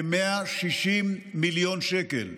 כ-160 מיליון שקל.